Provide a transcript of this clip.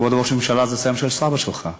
כבוד ראש הממשלה, זה השם של סבא שלך.